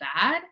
bad